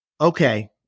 Okay